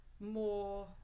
more